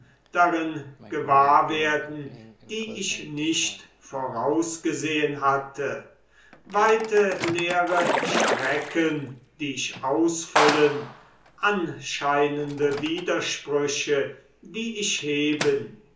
darin gewahr werden die ich nicht vorausgesehen hatte weite leere strecken die ich ausfüllen anscheinende widersprüche die ich heben